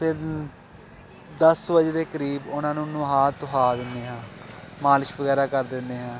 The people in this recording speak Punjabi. ਫਿਰ ਦਸ ਵਜੇ ਦੇ ਕਰੀਬ ਉਹਨਾਂ ਨੂੰ ਨੁਹਾ ਤੋਹਾ ਦਿੰਦੇ ਹਾਂ ਮਾਲਿਸ਼ ਵਗੈਰਾ ਕਰ ਦਿੰਦੇ ਹਾਂ